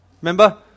Remember